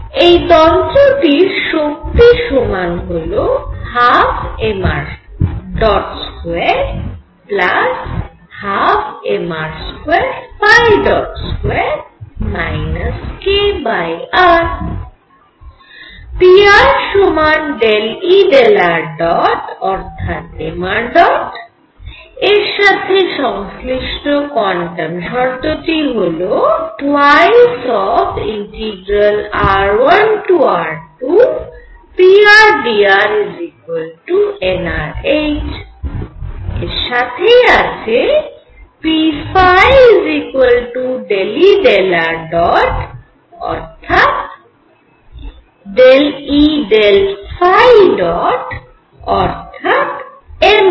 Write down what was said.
এই তন্ত্রটির শক্তি সমান হল 12mr212mr22 kr pr সমান ∂E∂ṙ অর্থাৎ mṙ এর সাথে সংশ্লিষ্ট কোয়ান্টাম শর্তটি হল 2r1r2prdr nrh এর সাথেই আছে p ∂E∂ϕ̇ অর্থাৎ mr2ϕ̇